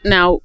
Now